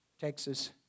Texas